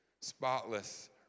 spotless